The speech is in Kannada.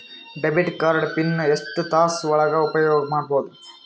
ಡೆಬಿಟ್ ಕಾರ್ಡ್ ಪಿನ್ ಎಷ್ಟ ತಾಸ ಒಳಗ ಉಪಯೋಗ ಮಾಡ್ಬಹುದು?